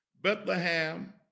Bethlehem